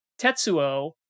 tetsuo